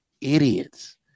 idiots